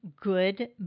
good